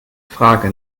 frage